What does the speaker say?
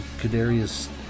Kadarius